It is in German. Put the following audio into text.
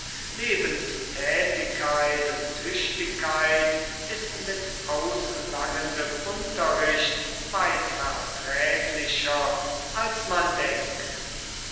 lebenstätigkeit und tüchtigkeit ist mit auslangendem unterricht weit verträglicher als man denkt